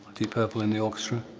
deep purple and the orchestra,